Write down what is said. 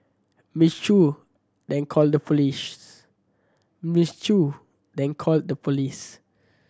Miss Chew then called the Miss Chew then called the police